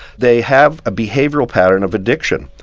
they have a behavioural pattern of addiction.